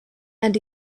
and